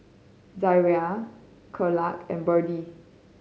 Zariah Thekla and Birdie